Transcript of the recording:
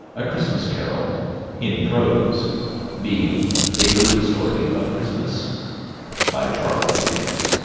a christmas carol in prose being a ghost story of christmas by charles dickens